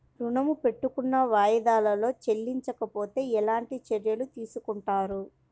ఋణము పెట్టుకున్న వాయిదాలలో చెల్లించకపోతే ఎలాంటి చర్యలు తీసుకుంటారు?